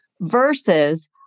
Versus